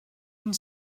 une